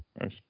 nice